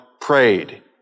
prayed